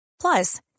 Plus